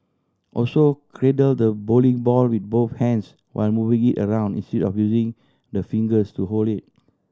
also cradle the bowling ball with both hands while moving it around instead of using the fingers to hold it